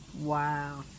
Wow